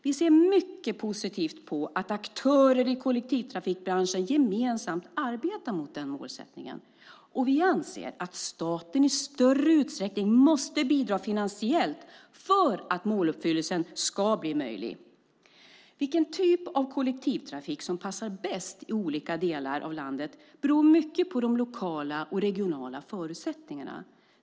Vi ser mycket positivt på att aktörer i kollektivtrafikbranschen gemensamt arbetar mot den målsättningen, och vi anser att staten i större utsträckning måste bidra finansiellt för att måluppfyllelsen ska bli möjlig. Vilken typ av kollektivtrafik som passar bäst i olika delar av landet beror mycket på de lokala och regionala förutsättningarna.